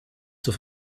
zur